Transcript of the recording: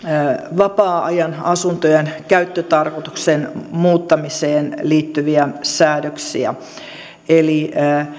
vapaa ajanasuntojen käyttötarkoituksen muuttamiseen liittyviä säädöksiä eli